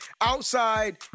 outside